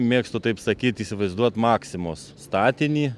mėgstu taip sakyti įsivaizduot maksimos statinį